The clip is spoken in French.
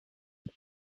des